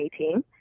2018